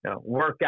workout